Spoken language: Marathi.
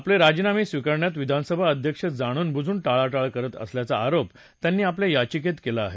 आपले राजीनामे स्वीकारण्यात विधानसभा अध्यक्ष जाणूनबुजून टाळाटाळ करत असल्याचा आरोप त्यांनी आपल्या याचिकेत केला आहे